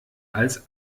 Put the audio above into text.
als